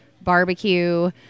barbecue